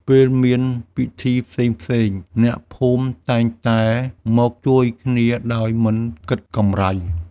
ពេលមានពិធីផ្សេងៗ អ្នកភូមិតែងតែមកជួយគ្នាដោយមិនគិតកម្រៃ។